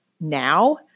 now